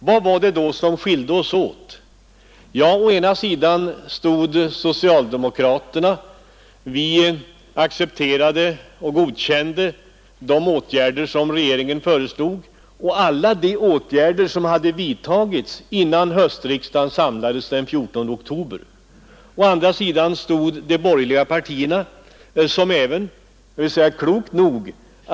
Vad var det då som skilde oss åt? På den ena sidan stod socialdemokraterna. Vi godkände de åtgärder som regeringen föreslog och alla de åtgärder som hade vidtagits innan höstriksdagen samlades den 14 oktober. Å andra sidan stod de borgerliga partierna, som — jag vill säga klokt nog!